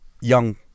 young